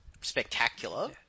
spectacular